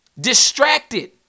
distracted